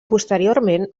posteriorment